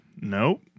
Nope